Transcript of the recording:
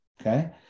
okay